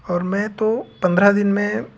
और मैं तो पन्द्रह दिन में